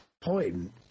point